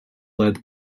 led